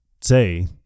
say